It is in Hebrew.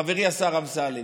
חברי השר אמסלם?